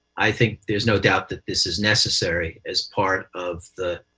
i think there's no doubt that this is necessary as part of the